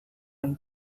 ohi